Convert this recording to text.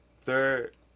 Third